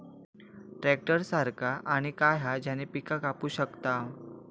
Tractor सारखा आणि काय हा ज्याने पीका कापू शकताव?